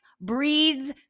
breeds